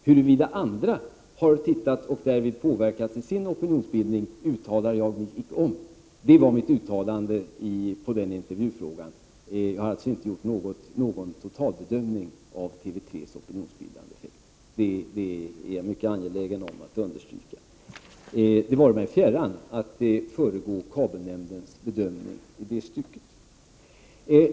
Huruvida andra har tittat och därvid påverkats i sin opinionsbildning uttalar jag mig inte om.” Det var mitt svar på den intervjufråga jag fick. Jag har alltså inte gjort någon totalbedömning av TV 3:s opinionsbildande effekt. Jag är mycket angelägen om att understryka det. Det vare mig fjärran att föregripa kabelnämndens bedömning i det stycket.